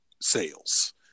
sales